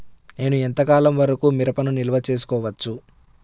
నేను ఎంత కాలం వరకు మిరపను నిల్వ చేసుకోవచ్చు?